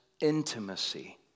intimacy